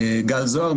גל זוהר,